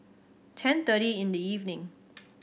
ten thirty in the evening